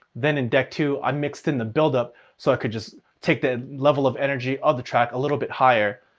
then in deck two i mixed in the buildup so i could just take the level of energy of the track a little bit higher.